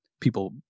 People